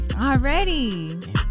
Already